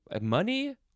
money